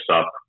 up